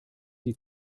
die